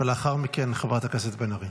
לאחר מכן, חברת הכנסת בן ארי.